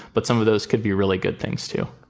but some of those could be really good things to